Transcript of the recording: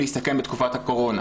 בתקופת הקורונה.